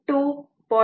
2 0